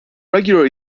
regular